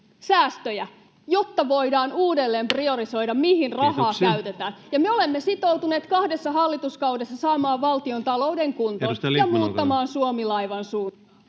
säästöjä, jotta voidaan uudelleen priorisoida, mihin rahaa käytetään, ja me olemme sitoutuneet kahdessa hallituskaudessa saamaan valtiontalouden kuntoon ja muuttamaan Suomi-laivan suuntaa.